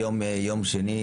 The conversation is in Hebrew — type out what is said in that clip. היום יום שני,